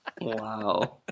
wow